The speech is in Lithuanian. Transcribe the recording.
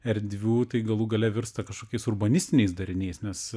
erdvių tai galų gale virsta kažkokiais urbanistiniais dariniais nes